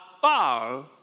far